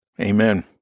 Amen